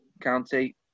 County